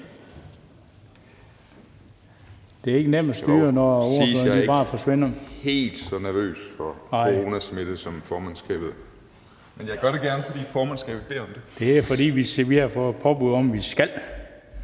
Det skal siges, at jeg ikke er helt så nervøs for coronasmitte, som formandskabet er, men jeg gør det gerne, fordi formandskabet beder om det). Det er, fordi vi har fået påbud om, at vi skal